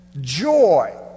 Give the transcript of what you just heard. joy